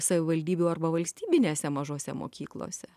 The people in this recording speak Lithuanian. savivaldybių arba valstybinėse mažose mokyklose